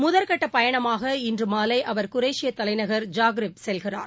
முதற்கட்ட பயணமாக இன்று மாலை அவர் குரேஷிய தலைநகர் ஜாக்ரேப் செல்கிறார்